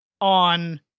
on